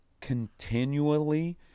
continually